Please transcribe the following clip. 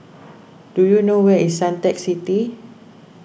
do you know where is Suntec City